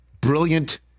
brilliant